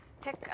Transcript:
pick